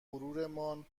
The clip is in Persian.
غرورمان